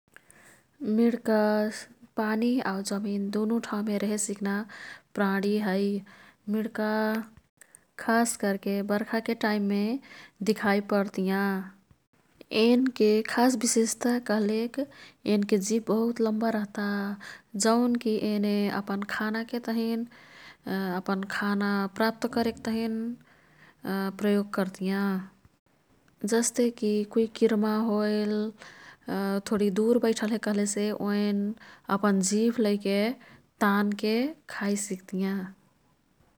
मिणका पानी आऊ जमिन दुनु ठाउँमे रेहेसिक्ना प्राणी है। मिणका खासकर्के बर्खाके टाईम मे दिखाई पर्तियाँ। एनके खास विशेषता कह्लेक एनके जिभबहुत लम्बा रह्ता। जौनकी येने अपन खानाके तहिन अपन खाना प्राप्त करेक तहिन प्रयोग कर्तियाँ। जस्तेकी कुई किर्मा होइल थोडीदुर बैठल हे कह्लेसे ओईन अपन जिभ लैके तानके खाई सिक्तियाँ।